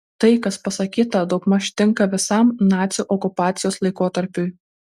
tai kas pasakyta daugmaž tinka visam nacių okupacijos laikotarpiui